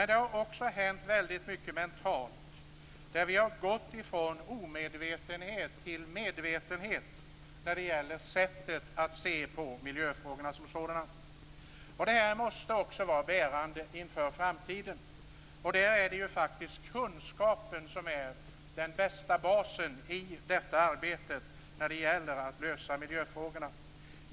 Det har vidare hänt väldigt mycket mentalt. Vi har gått från omedvetenhet till medvetenhet i sättet att se på miljöfrågorna som sådana. Detta måste vara bärande inför framtiden. Det är kunskapen som är den bästa basen för arbetet med att lösa miljöfrågorna.